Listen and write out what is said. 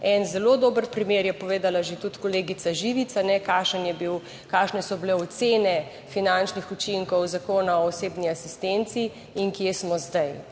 En zelo dober primer je povedala že tudi kolegica Živic, kakšne so bile ocene finančnih učinkov Zakona o osebni asistenci in kje smo zdaj.